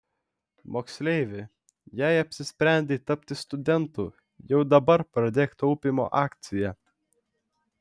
moksleivi jei apsisprendei tapti studentu jau dabar pradėk taupymo akciją